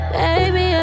baby